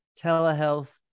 telehealth